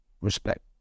respect